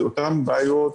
זה אותן בעיות,